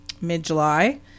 mid-July